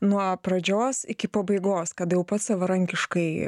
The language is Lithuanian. nuo pradžios iki pabaigos kada jau pats savarankiškai